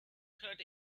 cut